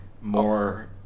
More